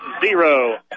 zero